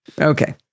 Okay